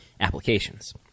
applications